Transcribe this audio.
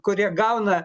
kurie gauna